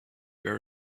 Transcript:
where